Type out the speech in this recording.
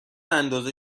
انداز